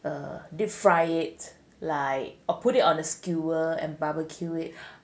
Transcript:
the deep fry it like or put it on a skewer and barbecue it